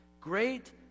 great